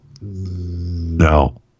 no